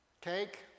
cake